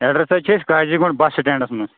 address حظ چھِ أسۍ قازی گُنٛڈ بَس سٹینٛڈَس منٛز